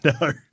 No